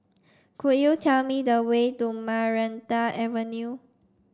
could you tell me the way to Maranta Avenue